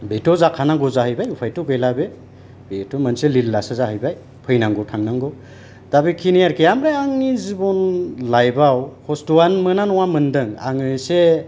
बेथ' जाखानांगौ जाहैबाय उपायथ' गैला बे बेथ' मोनसे लिलासो जाहैबाय फैनांगौ थांनांगौ दा बेखिनि आरोखि ओमफ्राय आंनि जिबन लाइफ आव खस्त'आनो मोना नङा मोनदों आङो एसे